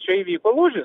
čia įvyko lūžis